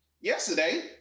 Yesterday